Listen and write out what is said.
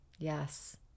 yes